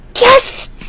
Yes